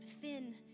thin